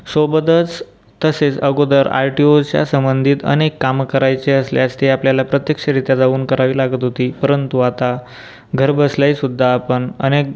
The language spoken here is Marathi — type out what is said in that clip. सोबतच तसेच अगोदर आर टी ओच्या सबंधित अनेक कामं करायची असल्यास ते आपल्याला प्रत्यक्षरित्या जाऊन करावी लागत होती परंतु आता घरबसल्याही सुद्धा आपण अनेक